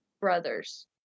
brothers